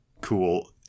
cool